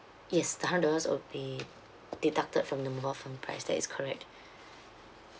yes the hundred dollars would be deducted from the phone price that is correct